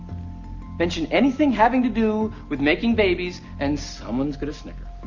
mention anything having to do with making babies and someone's gonna snicker.